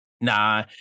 nah